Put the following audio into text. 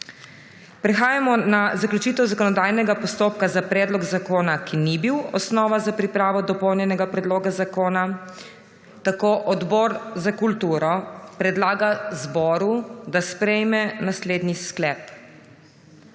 Prehajamo nazaključitev zakonodajnega postopka za predlog zakona, ki ni bil osnova za pripravo dopolnjenega predloga zakona. Odbor za kulturo predlaga zboru, da sprejme naslednji sklep: